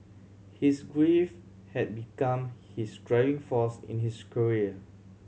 his grief had become his driving force in his career